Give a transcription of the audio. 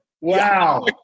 Wow